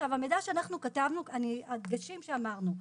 המידע שאנחנו כתבנו, הדגשים שאמרנו,